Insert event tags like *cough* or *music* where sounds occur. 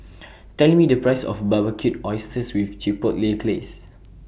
*noise* Tell Me The Price of Barbecued Oysters with Chipotle Glaze